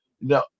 No